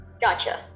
gotcha